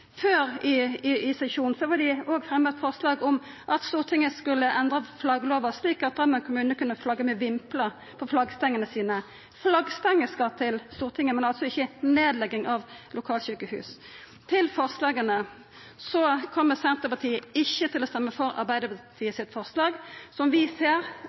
Før i sesjonen har dei òg fremja eit forslag om at Stortinget skulle endra flagglova, slik at Drammen kommune kunne flagga med vimplar i flaggstengene sine. Flaggstenger skal til Stortinget, men altså ikkje nedlegging av lokalsjukehus. Når det gjeld forslaga, kjem Senterpartiet ikkje til å stemma for Arbeidarpartiets forslag, som vi ser